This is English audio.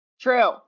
True